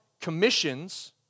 commissions